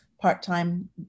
part-time